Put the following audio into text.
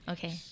Okay